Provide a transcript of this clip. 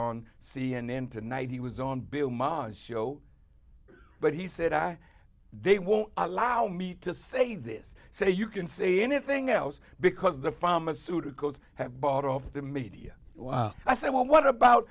n tonight he was on bill maher's show but he said i they won't allow me to say this so you can say anything else because the pharmaceuticals have bought off the media i say well what about